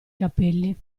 capelli